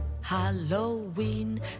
Halloween